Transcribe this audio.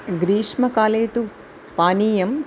ग्रीष्मकाले तु पानीयम्